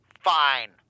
Fine